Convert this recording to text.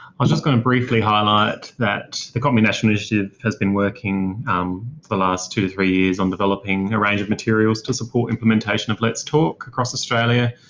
was just going to briefly highlight that the copmi national initiative has been working for the last two to three years on developing a range of materials to support implementation of let's talk across australia.